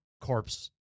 corpse